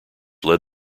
led